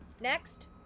Next